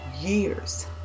years